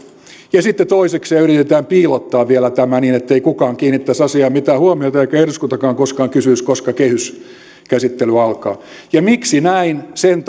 ja sitten toisekseen yritetään piilottaa vielä tämä niin ettei kukaan kiinnittäisi asiaan mitään huomiota eikä eduskuntakaan koskaan kysyisi koska kehyskäsittely alkaa ja miksi näin sen